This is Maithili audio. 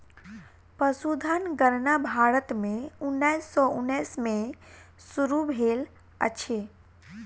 पशुधन गणना भारत में उन्नैस सौ उन्नैस में शुरू भेल अछि